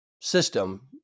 system